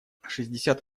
шестьдесят